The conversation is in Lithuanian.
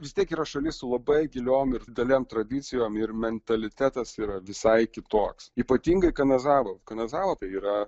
vis tiek yra šalis su labai giliom ir didelėm tradicijom ir mentalitetas yra visai kitoks ypatingai kanazavoj kanazava tai yra